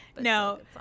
No